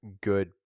good